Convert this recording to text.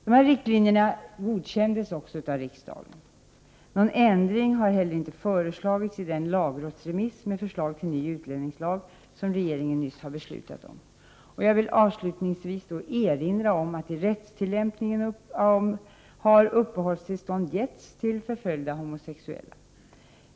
Dessa riktlinjer godkändes också av riksdagen. Någon ändring har inte heller föreslagits i den lagrådsremiss med förslag till ny utlänningslag som regeringen nyligen har beslutat om. Jag vill avslutningsvis erinra om att i rättstillämpningen uppehållstillstånd har getts till förföljda homosexuella.